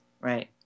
right